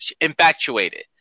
Infatuated